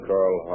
Carl